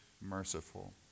merciful